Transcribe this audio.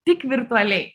tik virtualiai